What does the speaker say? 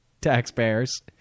taxpayers